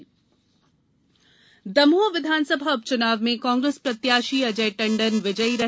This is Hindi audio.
मप्र उपचुनाव दमोह विधानसभा उपचुनाव में कांग्रेसी प्रत्याशी अजय टंडन विजयी रहे